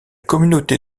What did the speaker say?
communauté